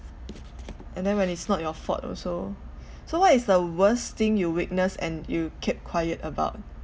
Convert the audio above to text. and then when it's not your fault also so what is the worst thing you witnessed and you kept quiet about